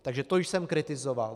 Takže to jsem kritizoval.